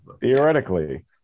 Theoretically